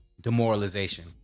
demoralization